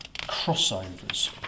Crossovers